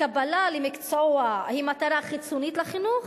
הקבלה למקצוע היא מטרה חיצונית לחינוך?